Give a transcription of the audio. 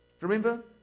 Remember